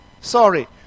Sorry